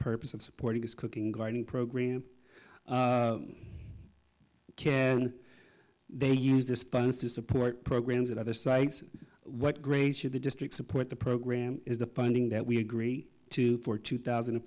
purpose of supporting this cooking gardening program can they use this funds to support programs at other sites what grades should the district support the program is the funding that we agree to for two thousand and